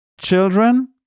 Children